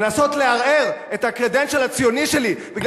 לנסות לערער את ה- credentialהציוני שלי מפני